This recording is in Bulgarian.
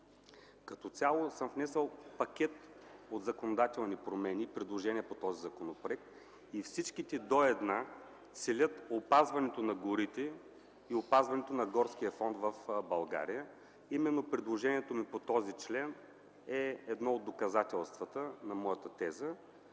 Като цяло съм внесъл пакет от законодателни промени, предложения по този законопроект, и всичките до една целят опазването на горите и опазването на горския фонд в България. Именно предложението ми по този член е едно от доказателствата на моята теза.